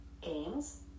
Games